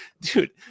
dude